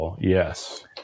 Yes